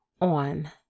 on